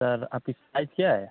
sir आपकी size क्या है